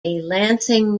lansing